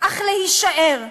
אך להישאר?